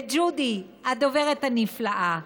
וג'ודי, הדוברת הנפלאה,